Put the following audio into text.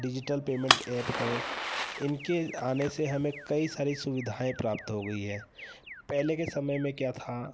digital payment app है इनके आने से हमें कई सारी सुविधाएँ प्राप्त हो गई हैं पहले के समय में क्या था